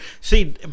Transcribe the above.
see